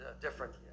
different